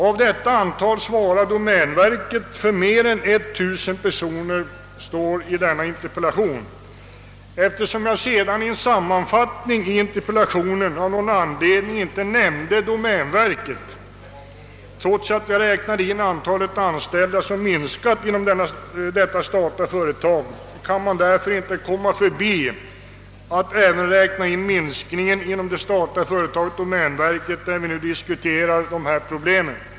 Av detta antal svarar domänverket för mer än 19000 personer, står det i interpellationen. Enär jag i en sammanfattning i interpellationen av någon anledning inte nämnde domänverket, trots att jag räknat in den minskning som detta statliga företag svarade för, kan man fördenskull inte underlåta att räkna in även denna minskning inom domänverket när vi nu diskuterar dessa problem.